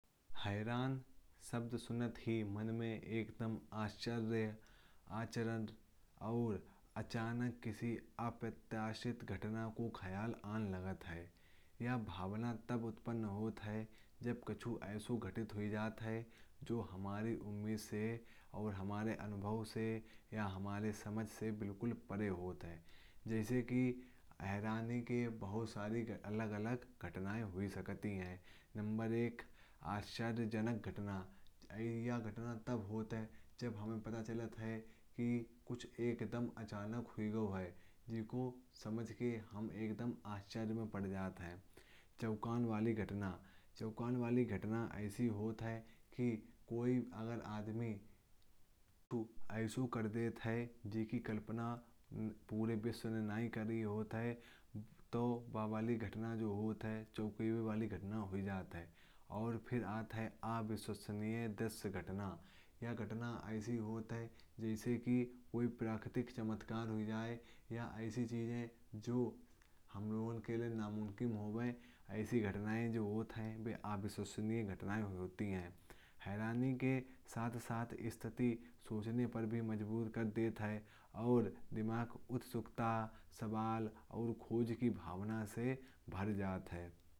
हैरान शब्द सुनते ही मन में एकदम आश्चर्य। आचरण और अचानक किसी अप्रत्याशित घटना का ख्याल आने लगता है। ये भावना तब उत्पन्न होती है जब कुछ ऐसे घटित होता है। जो हमारी उम्मीदों हमारे अनुभव और हमारी समझ से बिलकुल परे होता है। हैरानी की कई अलग अलग घटनाएं हो सकती हैं। सबसे पहली आश्चर्य जनक घटना वो होती है जब हमें पता चलता है। कि कुछ एकदम अचानक हो गया है। जिसे समझ कर हम एकदम हैरान हो जाते हैं। चौंकाने वाली घटना ऐसी होती है जब कोई व्यक्ति ऐसे काम कर देता है। जिसे पूरी दुनिया ने सोचा नहीं होता। उसके बाद आता है अविश्वसनीय दृश्य ये घटना ऐसी होती है। जैसे कोई प्राकृतिक चमत्कार हो जाय या ऐसी चीज़ें जो हमारे लिए नामुमकिन लगती हैं। ऐसी घटनाएं अविश्वसनीय होती हैं। जो हैरानी के साथ साथ हमें सोचने पर मजबूर कर देती हैं और दिमाग को उत्सुकता सवाल और खोज की भावना से भर देती हैं।